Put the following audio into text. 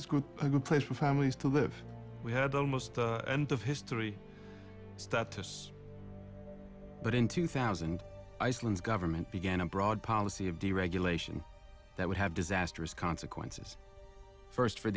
is good a good place for families to live we had almost end of history status but in two thousand iceland's government began a broad policy of deregulation that would have disastrous consequences first for